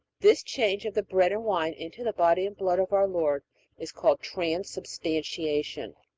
this change of the bread and wine into the body and blood of our lord is called transubstantiation.